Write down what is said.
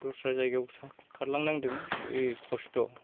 दस्रा जायगायाव खारलांनांदों खस्थ'